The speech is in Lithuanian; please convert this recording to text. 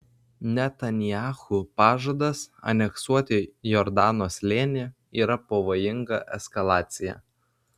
netanyahu pažadas aneksuoti jordano slėnį yra pavojinga eskalacija